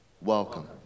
Welcome